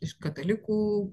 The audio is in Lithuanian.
iš katalikų